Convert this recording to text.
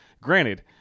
Granted